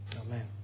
Amen